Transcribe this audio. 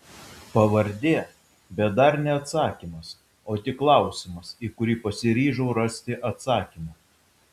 pavardė bet dar ne atsakymas o tik klausimas į kurį pasiryžau rasti atsakymą